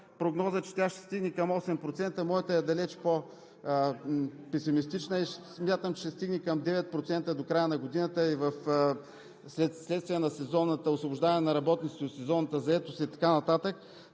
прогноза, че ще стигне към 8%. Моята е далеч по-песимистична – смятам, че ще стигне към 9% до края на годината вследствие на освобождаване на работниците от сезонната заетост и така нататък.